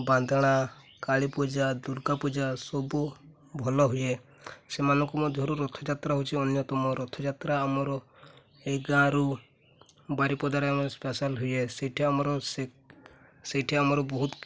ବାନ୍ଦଣା କାଳୀ ପୂଜା ଦୁର୍ଗା ପୂଜା ସବୁ ଭଲ ହୁଏ ସେମାନଙ୍କ ମଧ୍ୟରୁ ରଥଯାତ୍ରା ହେଉଛି ଅନ୍ୟତମ ରଥଯାତ୍ରା ଆମର ଏଇ ଗାଁରୁ ବାରିପଦାରେ ଆମେ ସ୍ପେଶିଆଲ ହୁଏ ସେଇଠି ଆମର ସେଇଠି ଆମର ବହୁତ